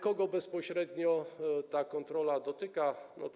Kogo bezpośrednio ta kontrola dotyczy?